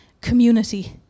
community